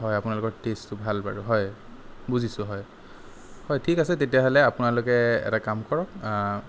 হয় আপোনালোকৰ টেষ্টটো ভাল বাৰু হয় বুজিছোঁ হয় হয় ঠিক আছে তেতিয়াহ'লে আপোনালোকে এটা কাম কৰক